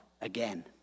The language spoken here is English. again